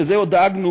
לזה עוד דאגנו